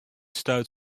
stuit